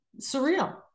surreal